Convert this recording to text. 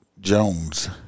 Jones